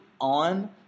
on